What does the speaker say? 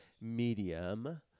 medium